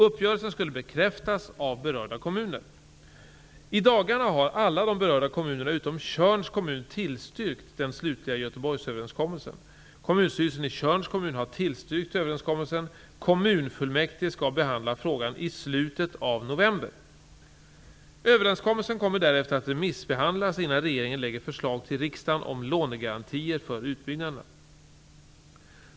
Uppgörelsen skulle bekräftas av berörda kommuner. I dagarna har alla de berörda kommunerna utom Tjörns kommun tillstyrkt den slutliga Tjörns kommun har tillstyrkt överenskommelsen, kommunfullmäktige skall behandla frågan i slutet av november. Överenskommelsen kommer därefter att remissbehandlas innan regeringen lägger förslag till riksdagen om lånegarantier för utbyggnaderna.